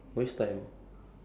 obviously